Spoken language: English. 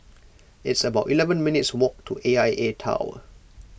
it's about eleven minutes' walk to A I A Tower